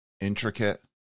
intricate